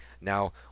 Now